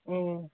ꯎꯝ